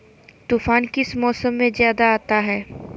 तूफ़ान किस मौसम में ज्यादा आता है?